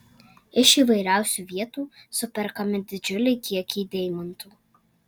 iš įvairiausių vietų superkami didžiuliai kiekiai deimantų